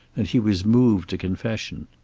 and he was moved to confession.